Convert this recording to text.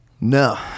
no